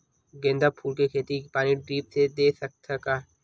गेंदा फूल के खेती पानी ड्रिप से दे सकथ का?